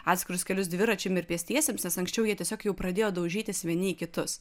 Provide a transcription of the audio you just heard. atskirus kelius dviračiam ir pėstiesiems nes anksčiau jie tiesiog jau pradėjo daužytis vieni į kitus